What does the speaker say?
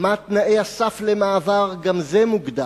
מה תנאי הסף למעבר גם זה מוגדר.